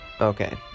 Okay